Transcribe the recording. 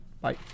Bye